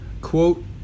Quote